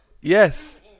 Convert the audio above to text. Yes